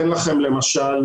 פה אתם ממש רואים.